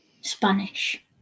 Spanish